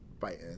fighting